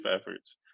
efforts